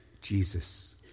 Jesus